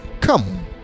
come